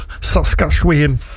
Saskatchewan